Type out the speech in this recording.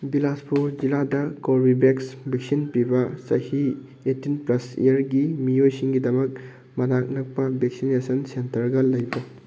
ꯕꯤꯂꯥꯁꯄꯨꯔ ꯖꯤꯂꯥꯗ ꯀꯣꯕꯤꯚꯦꯛꯁ ꯚꯦꯛꯁꯤꯟ ꯄꯤꯕ ꯆꯍꯤ ꯑꯥꯏꯇꯤꯟ ꯄ꯭ꯂꯁ ꯏꯌꯔꯒꯤ ꯃꯤꯑꯣꯏꯁꯤꯡꯒꯤꯗꯃꯛ ꯃꯅꯥꯛ ꯅꯛꯄ ꯚꯦꯛꯁꯤꯅꯦꯁꯟ ꯁꯦꯟꯇꯔꯒ ꯂꯩꯕ꯭ꯔꯥ